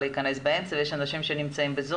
יש אנשים בזום